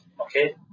Okay